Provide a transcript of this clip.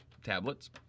tablets